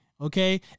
okay